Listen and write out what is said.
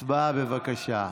הצבעה, בבקשה.